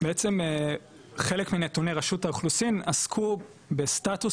בעצם חלק מנתוני רשות האוכלוסין עסקו בסטטוס